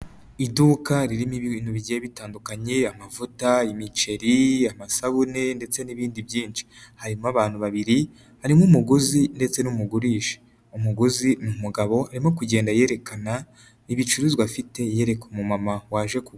Iduka ririmo ibintu bigiye bitandukanye amavuta, imiceri, amasabune, ndetse n'ibindi byinshi. Harimo abantu babiri harimo umuguzi ndetse n'umugurisha. umuguzi ni umugabo arimo kugenda yerekana ibicuruzwa afite yereka umumama waje kugura.